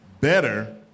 better